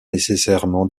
nécessairement